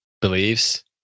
believes